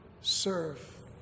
serve